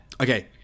Okay